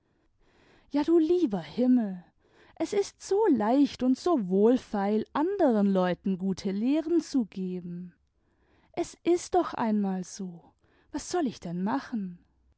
ja du lieber himmel es ist so leicht imd so wohlfeil anderen leuten gute lehren zu geben es ist doch einmal so was soll ich denn machen